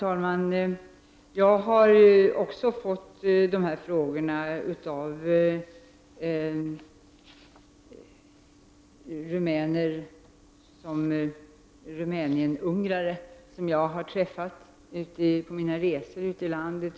Herr talman! Också jag har fått dessa frågor av rumänienungrare som jag har träffat under mina resor ute i landet.